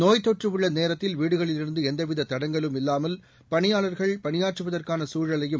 நோய்த் தொற்று உள்ள நேரத்தில் வீடுகளிலிருந்து எந்தவித தடங்கலும் இல்லாமல் பணியாளர்கள் பணியாற்றுவதற்கான சூழலையும்